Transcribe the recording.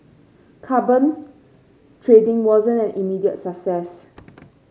carbon trading wasn't an immediate success